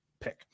pick